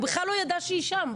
הוא בכלל לא ידע שהיא שם,